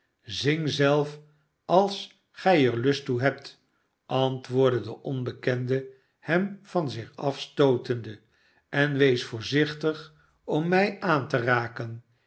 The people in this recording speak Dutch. zing zelf als gij er lust toe hebt antwoordde de onbekende hem van zich afstootende en wees voorzichtig om mij aan te raken